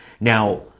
Now